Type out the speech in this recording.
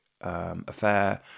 Affair